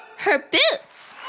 her boots!